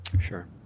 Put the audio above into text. Sure